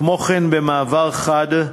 כמו כן, במעבר חד,